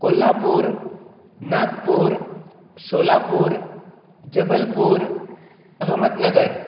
Kolhapur Nagpur Solapur Jabalpur अहमत Nagar